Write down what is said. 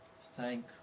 thank